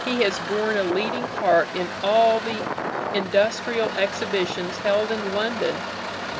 he has borne a leading part in all the industrial exhibitions held in london